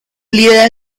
lira